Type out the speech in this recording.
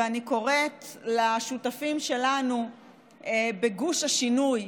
ואני קוראת לשותפים שלנו בגוש השינוי,